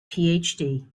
phd